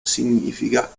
significa